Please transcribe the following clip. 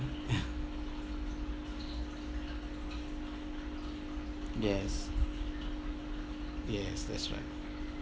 yes yes that's right